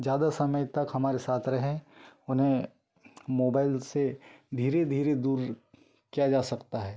ज़्यादा समय तक हमारे साथ रहें उन्हें मोबाइल से धीरे धीरे दूर किया जा सकता है